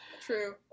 True